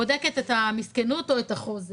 בודקת את המסכנות או את החוזק.